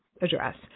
address